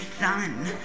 son